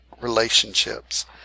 relationships